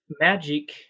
magic